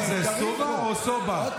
זה סוּבה או סוֹבה?